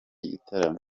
gitaramo